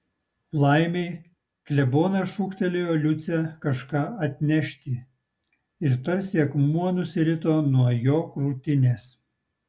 laimei klebonas šūktelėjo liucę kažką atnešti ir tarsi akmuo nusirito nuo jo krūtinės